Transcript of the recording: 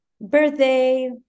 birthday